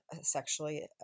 sexually